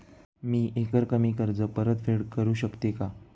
मी एकरकमी कर्ज परतफेड करू शकते का?